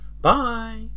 bye